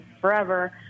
forever